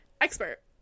expert